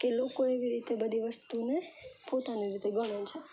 કે લોકો એવી રીતે બધી વસ્તુને પોતાની રીતે ગણે છે